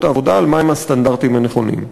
העבודה על מה הם הסטנדרטים הנכונים.